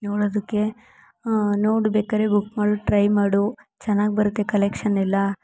ನೋಡೋದಕ್ಕೆ ನೋಡು ಬೇಕಾದರೆ ಬುಕ್ ಮಾಡು ಟ್ರೈ ಮಾಡು ಚೆನ್ನಾಗಿ ಬರುತ್ತೆ ಕಲೆಕ್ಷನೆಲ್ಲ